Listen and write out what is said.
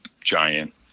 giant